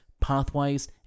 pathways